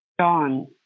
John